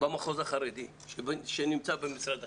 במחוז החרדי שנמצא במשרד החינוך,